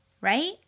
right